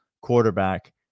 quarterback